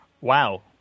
Wow